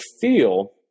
feel